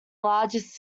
largest